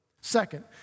Second